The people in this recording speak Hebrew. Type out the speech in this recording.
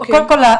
קודם כל,